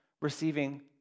receiving